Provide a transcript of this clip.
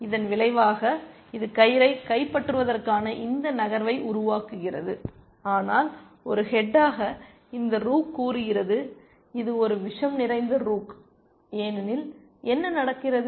இதன் விளைவாக இது கயிறை கைப்பற்றுவதற்கான இந்த நகர்வை உருவாக்குகிறது ஆனால் ஒரு ஹெட்டாக இந்த ரூக் கூறுகிறது இது ஒரு விஷம் நிறைந்த ரூக் ஏனெனில் என்ன நடக்கிறது